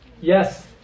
yes